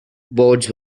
boards